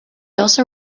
also